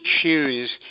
choose